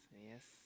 Yes